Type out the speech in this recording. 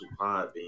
Podbean